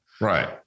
right